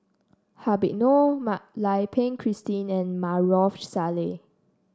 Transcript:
Habib Noh Mak Lai Peng Christine and Maarof Salleh